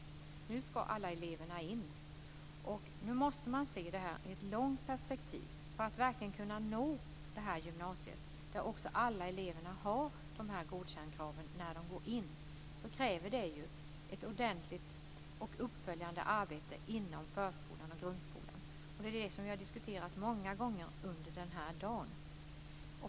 Nu ska alla eleverna in, och nu måste man se det här i ett långt perspektiv. För att verkligen kunna nå det här gymnasiet, där också alla elever har godkäntkrav när de går in, krävs ett ordentligt uppföljande arbete inom förskolan och grundskolan. Det är det som vi har diskuterat många gånger under den här dagen.